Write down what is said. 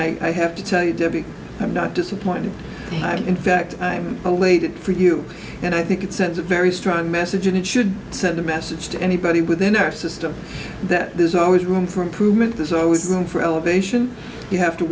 and i have to tell you i'm not disappointed in fact i'm a lady for you and i think it sends a very strong message and it should send a message to anybody within our system that there's always room for improvement there's always room for elevation you have to